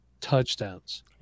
touchdowns